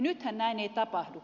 nythän näin ei tapahdu